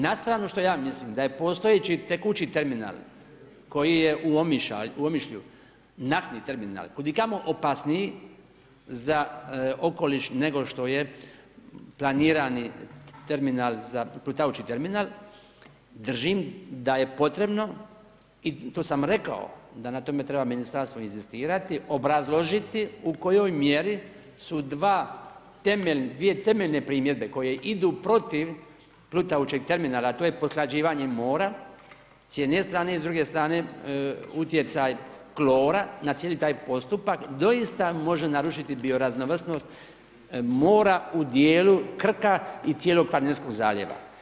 Na stranu što ja mislim, da je postojeći tekući terminal koji je u Omišlju naftni terminal, kud i kamo opasniji, za okoliš nego što je planirani terminal za, plutajući terminal, držim da je potrebno i to sam rekao da na tome treba ministarstvo inzistirati, obrazložiti u kojoj mjeri su 2 temeljne primjedbe koje idu protiv plutajućeg terminala, a to je pothlađivanja mora, s jedne strane i s druge strane utjecaj klora na cijeli taj postupak, doista, može narušiti bio raznovrsnost mora u dijelu Krka i cijelog Kvarnerskog zaljeva.